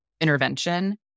intervention